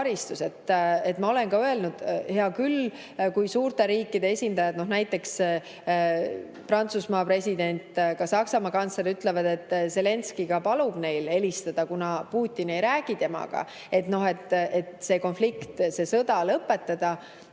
Ma olen ka öelnud, et hea küll, kui suurte riikide esindajad, näiteks Prantsusmaa president ja ka Saksamaa kantsler ütlevad, et Zelenskõi palub neil helistada, kuna Putini ei räägi temaga, et see konflikt, see sõda lõpetada,